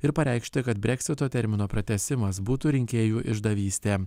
ir pareikšti kad breksito termino pratęsimas būtų rinkėjų išdavystė